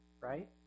right